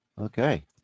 Okay